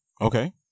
Okay